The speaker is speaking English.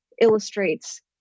illustrates